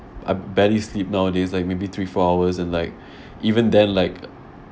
I barely sleep nowadays like maybe three four hours and like even then like